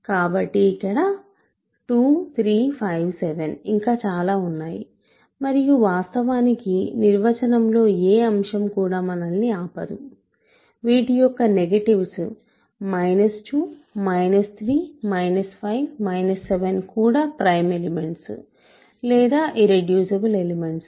కాబట్టిఇక్కడ 2 3 5 7 ఇంకా చాలా ఉన్నాయి మరియు వాస్తవానికి నిర్వచనంలో ఏ అంశం కూడా మనల్ని ఆపదు వీటి యొక్క నెగటివ్స్ 2 3 5 7 కూడా ప్రైమ్ ఎలిమెంట్స్ లేదా ఇర్రెడ్యూసిబుల్ ఎలిమెంట్స్